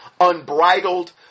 Unbridled